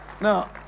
Now